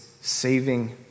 saving